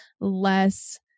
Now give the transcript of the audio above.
less